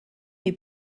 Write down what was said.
est